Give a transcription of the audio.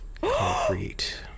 concrete